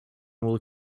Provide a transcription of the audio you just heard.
will